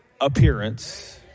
appearance